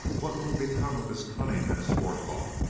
what would become of his cunning and his forethought?